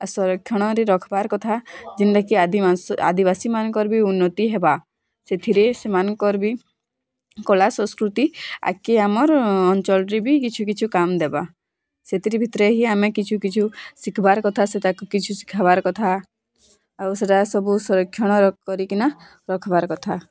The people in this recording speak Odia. ଆ ସଂରକ୍ଷଣରେ ରଖବାର୍ କଥା ଯେନ୍ଟା ଆଦିମାଂସ ଆଦିବାସୀମାନଙ୍କର ବି ଉନ୍ନତି ହେବା ସେଥିରେ ସେମାନକର୍ ବି କଳା ସଂସ୍କୃତି ଆଗ୍କେ ଆମର୍ ଅଞ୍ଚଳରେ ବି କିଛୁ କିଛୁ କାମ୍ ଦେବା ସେଥିର୍ ଭିତରେ ହିଁ ଆମେ କିଛୁ କିଛୁ ଶିଖ୍ବାର୍ କଥା ସେତାକୁ କିଛୁ ଶିଖାବାର୍ କଥା ଆଉ ସେଟା ସବୁ ସଂରକ୍ଷଣର କରିକିନା ରଖ୍ବାର୍ କଥା